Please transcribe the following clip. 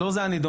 לא זה הנידון.